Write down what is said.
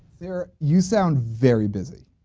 there you sound very busy.